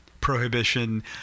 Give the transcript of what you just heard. prohibition